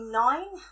nine